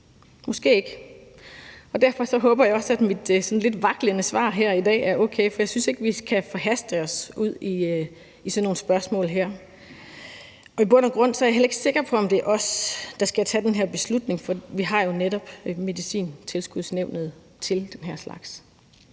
måske ikke. Derfor håber jeg også, at mit lidt vaklende svar her i dag er okay. For jeg synes ikke, vi skal forhaste os i sådan nogle spørgsmål her. I bund og grund er jeg heller ikke sikker på, om det er os, der skal tage den her beslutning, for vi har jo netop Medicintilskudsnævnet til den her slags.